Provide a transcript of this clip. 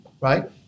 right